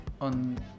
on